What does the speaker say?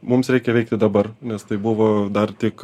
mums reikia veikti dabar nes tai buvo dar tik